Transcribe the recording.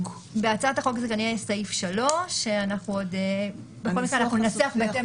החוק זה כנראה יהיה סעיף 3 אבל עוד ננסח בהתאם.